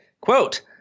Quote